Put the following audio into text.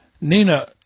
Nina